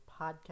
podcast